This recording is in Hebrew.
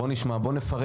בוא נפרט.